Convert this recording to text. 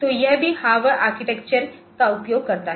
तो यह भी हार्वर्ड आर्किटेक्चर का उपयोग कर रहा है